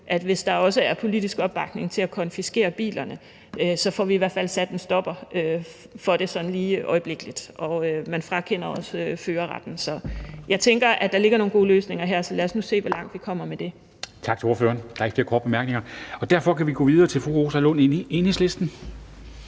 at hvis der også er politisk opbakning til at konfiskere bilerne, får vi i hvert fald sat en stopper for det sådan lige øjeblikkeligt, og man frakender også førerretten. Så jeg tænker, at der ligger nogle gode løsninger her, så lad os nu se, hvor langt vi kommer med det. Kl. 10:42 Formanden (Henrik Dam Kristensen): Tak til ordføreren. Der er ikke flere korte bemærkninger. Og derfor kan vi gå videre til fru Rosa Lund, Enhedslisten.